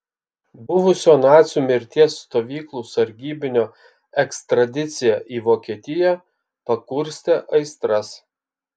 buvusio nacių mirties stovyklų sargybinio ekstradicija į vokietiją pakurstė aistras